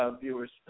viewers